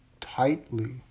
tightly